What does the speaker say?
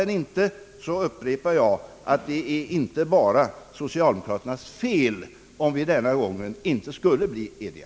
Tas inte hänsyn, upprepar jag, är det inte bara socialdemokraternas fel om vi denna gång inte skulle bli eniga.